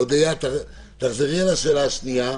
אודיה, תחזרי על השאלה השנייה.